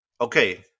Okay